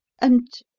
and,